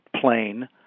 plane